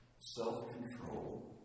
self-control